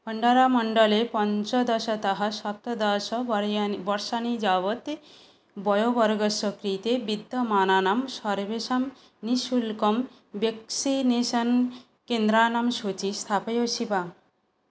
भण्डारमण्डले पञ्चदशतः सप्तदाशवर्षाणि यावत् वयोवर्गस्य कृते विद्यमानानां सर्वेषां निःशुल्कं ब्यक्सिनेषन् केन्द्राणां सूचीं स्थापयसि वा